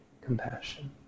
compassion